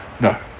no